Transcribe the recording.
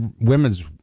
women's